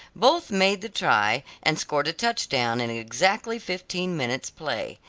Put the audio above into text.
both made the try, and scored a touch-down in exactly fifteen minutes' play.